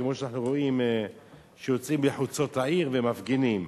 כמו שאנחנו רואים שיוצאים לחוצות העיר ומפגינים,